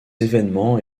événements